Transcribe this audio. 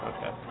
Okay